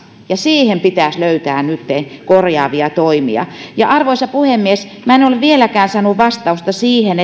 ja siihen pitäisi löytää nytten korjaavia toimia arvoisa puhemies en ole vieläkään saanut vastausta siihen